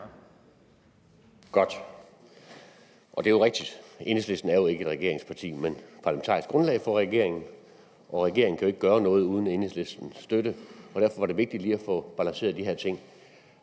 Godt. Og det er jo rigtigt, at Enhedslisten ikke er et regeringsparti, men parlamentarisk grundlag for regeringen. Regeringen kan jo ikke gøre noget, uden at den har Enhedslistens støtte, og derfor var det vigtigt lige at få balanceret de her ting.